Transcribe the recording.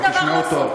ותשמעו טוב,